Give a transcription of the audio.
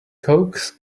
coax